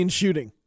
shooting